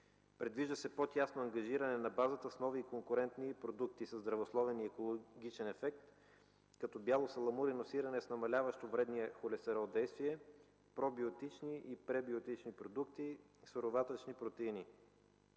Предвижда се по-тясно ангажиране на базата с нови и конкурентни продукти със здравословен и екологичен ефект като бяло саламурено сирене с намаляващо вредния холестерол действие, пробиотични и пребиотични продукти, суроватъчни протеини.